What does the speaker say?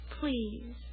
Please